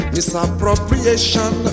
Misappropriation